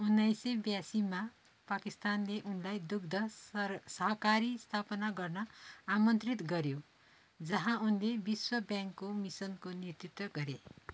उन्नाइस सय ब्यासीमा पाकिस्तानले उनलाई दुग्ध सर सहकारी स्थापना गर्न आमन्त्रित गऱ्यो जहाँ उनले विश्व ब्याङ्कको मिसनको नेतृत्व गरे